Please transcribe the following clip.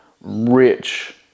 rich